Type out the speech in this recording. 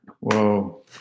Whoa